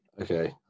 okay